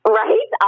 right